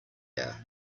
air